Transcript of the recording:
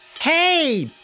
Hey